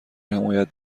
حمایت